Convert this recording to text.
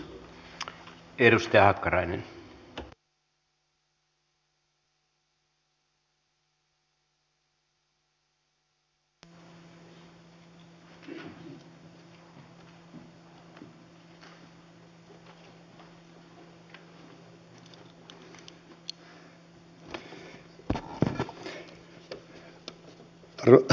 arvoisa puhemies